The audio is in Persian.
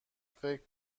فکر